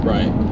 Right